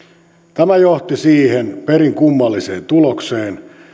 tämä johti siihen perin kummalliseen tulokseen